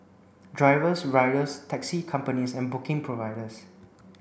drivers riders taxi companies and booking providers